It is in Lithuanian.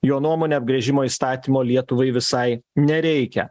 jo nuomone apgręžimo įstatymo lietuvai visai nereikia